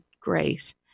grace